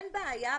אין בעיה,